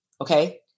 Okay